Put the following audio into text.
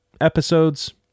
episodes